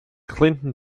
clinton